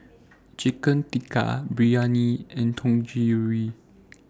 Chicken Tikka Biryani and Dangojiru